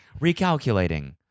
Recalculating